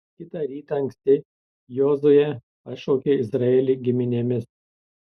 kitą rytą anksti jozuė pašaukė izraelį giminėmis